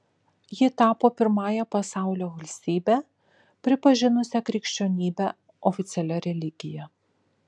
ji tapo pirmąja pasaulio valstybe pripažinusia krikščionybę oficialia religija